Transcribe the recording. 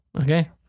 Okay